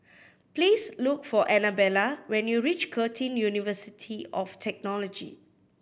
please look for Anabella when you reach Curtin University of Technology